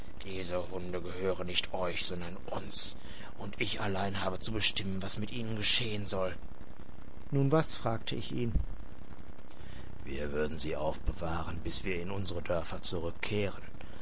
diese hunde gehören nicht euch sondern uns und ich allein habe zu bestimmen was mit ihnen geschehen soll nun was fragte ich ihn wir würden sie aufbewahren bis wir in unsere dörfer zurückkehren